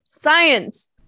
Science